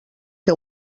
que